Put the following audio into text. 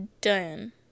done